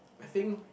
I think